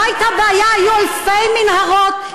לא הייתה בעיה: היו אלפי מנהרות,